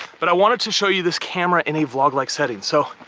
but, i wanted to show you this camera in a vlog-like setting. so,